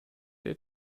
der